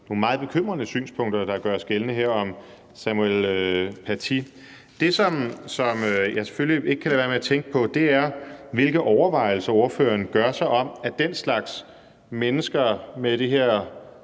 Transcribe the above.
nogle meget bekymrende synspunkter, der gøres gældende her, om Samuel Paty. Det, som jeg selvfølgelig ikke kan lade være med at tænke på, er, hvilke overvejelser ordføreren gør sig om, at den slags mennesker med det her,